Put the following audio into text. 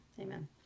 Amen